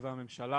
שהציבה הממשלה.